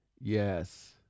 Yes